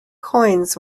coins